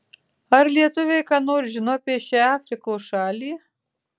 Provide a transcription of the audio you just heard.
ar lietuviai ką nors žino apie šią afrikos šalį